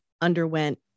underwent